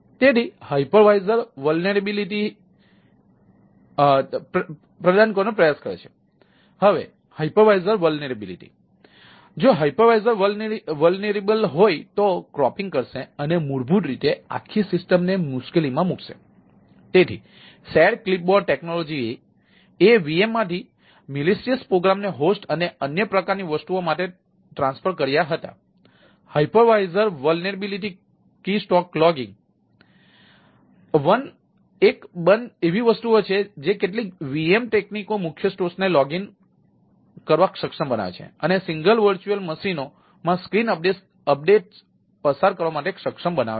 તેથી VM હાઇપરવિઝરમાં screen updates પસાર કરવા માટે સક્ષમ બનાવે છે